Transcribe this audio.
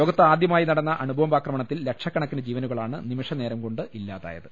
ലോകത്ത് ആദ്യമായി നടന്ന അണുബോംബ് ആക്രമണത്തിൽ ലക്ഷക്കണക്കിന് ജീവനുകളാണ് നിമിഷനേരം കൊണ്ട് ഇല്ലാതായത്